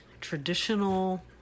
traditional